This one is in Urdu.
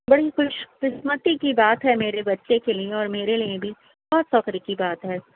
بڑی خوش قسمتی کی بات ہے میرے بچے کے لیے اور میرے لیے بھی بہت فخر کی بات ہے